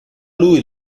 lui